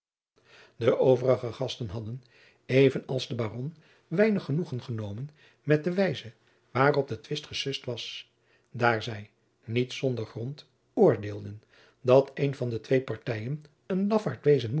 de overige gasten hadden even als de baron weinig genoegen genomen met de wijze waarop de twist gesust was daar zij niet zonder grond oordeelden dat een van de twee partijen een